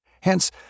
Hence